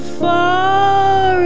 far